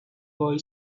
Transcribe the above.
boy